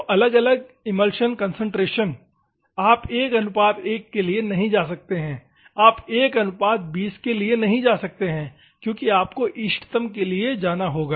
तो अलग अलग इमल्शन कंसंट्रेशन आप 11 के लिए नहीं जा सकते हैं आप 120 के लिए नहीं जा सकते हैं इसलिए आपको इष्टतम के लिए जाना होगा